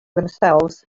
themselves